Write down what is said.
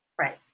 Right